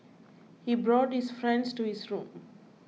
he brought his friends to his room